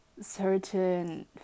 certain